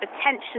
attention